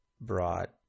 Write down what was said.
brought